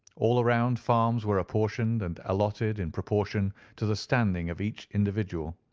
all around farms were apportioned and allotted in proportion to the standing of each individual.